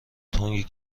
تنگ